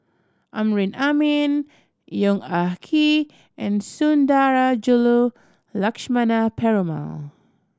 Amrin Amin Yong Ah Kee and Sundarajulu Lakshmana Perumal